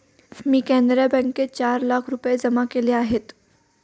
मी कॅनरा बँकेत चार लाख रुपये जमा केले आहेत